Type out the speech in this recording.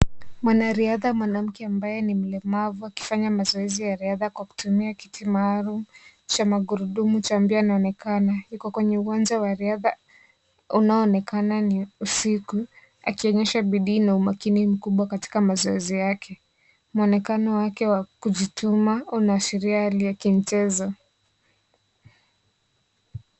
Mwanariadha mwanamke ambaye ni mlemavu akifanya mazoezi ya riadha kwa kutumia kiti maalum cha magurudumu cha mbio anaonekana. Yuko kwenye uwanja wa riadha unaoonekana ni usiku akionyesha bidii na umakini mkubwa katika mazoezi yake. Mwonekano wake wa kujituma unaashiria hali ya kimchezo.